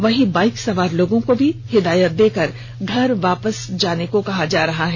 वहीं बाइक सवार लोगों को भी हिदायत देकर घर वापस जाने को कहा जा रहा है